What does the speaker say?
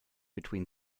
between